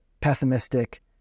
pessimistic